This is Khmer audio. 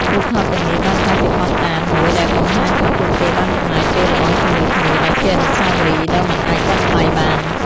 រូបថតទាំងនេះបានក្លាយជាភស្តុតាងមួយដែលបង្ហាញថាពួកគេបានចំណាយពេលល្អជាមួយគ្នា ដែលជាអនុស្សាវរីយ៍ដ៏មិនអាចកាត់ថ្លៃបាន។